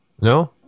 no